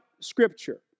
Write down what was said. scripture